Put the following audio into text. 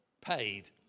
paid